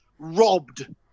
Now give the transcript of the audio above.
robbed